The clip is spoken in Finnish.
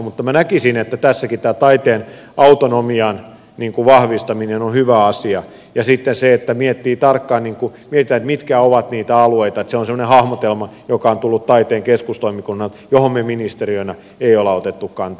mutta minä näkisin että tässäkin tämä taiteen autonomian vahvistaminen on hyvä asia ja sitten se että miettii tarkkaan mitkä ovat niitä alueita että se on semmoinen hahmotelma joka on tullut taiteen keskustoimikunnalta johon me ministeriönä emme ole ottaneet kantaa